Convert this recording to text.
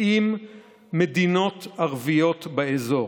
עם מדינות ערביות באזור.